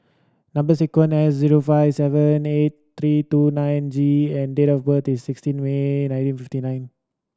number sequence S zero five seven eight three two nine J and date of birth is sixteen May nineteen fifty nine